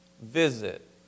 visit